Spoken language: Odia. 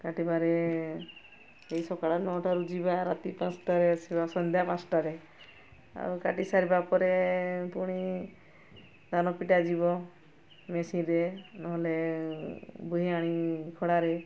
କାଟିବାରେ ଏଇ ସକାଳ ନଅଟାରୁ ଯିବା ରାତି ପାଞ୍ଚଟାରେ ଆସିବା ସନ୍ଧ୍ୟା ପାଞ୍ଚଟାରେ ଆଉ କାଟି ସାରିବା ପରେ ପୁଣି ଦାନ ପିଟା ଯିବ ମେସିନ୍ରେ ନହେଲେ ବୁହି ଆଣି ଖଡ଼ାରେ